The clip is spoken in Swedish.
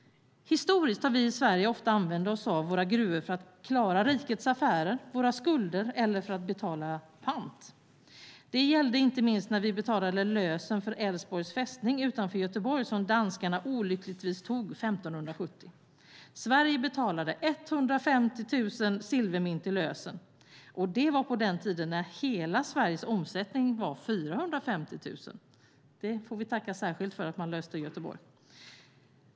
Historiskt har vi i Sverige ofta använt oss av våra gruvor för att klara rikets affärer, våra skulder eller för att betala pant. Det gällde inte minst när vi betalade lösen för Älvsborgs fästning utanför Göteborg som danskarna olyckligtvis tog år 1570. Sverige betalade 150 000 silvermynt i lösen. Det var på den tiden när hela Sveriges omsättning var 450 000. Det får vi tacka särskilt för att man löste i Göteborg.